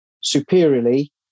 superiorly